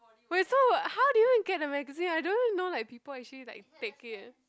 wait so how did you even get the magazine I don't even know like people actually like take it